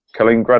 Kaliningrad